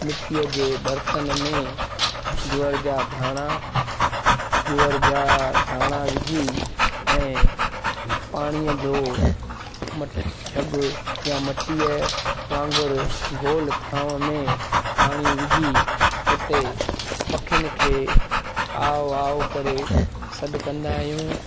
मिटीअ जे बर्तन में जुअर जा धाणा जुअर जा धाणा विझी ऐं पाणीअ जो मट जगु या मटीअ वांॻुर गोल थांव में पाणी विझी उते पखियुनि खे आओ आओ करे सॾु कंदा आहियूं